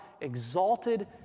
exalted